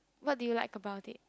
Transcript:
what do you like about it